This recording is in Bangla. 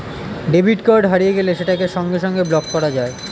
ডেবিট কার্ড হারিয়ে গেলে সেটাকে সঙ্গে সঙ্গে ব্লক করা যায়